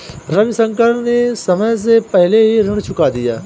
रविशंकर ने समय से पहले ही ऋण चुका दिया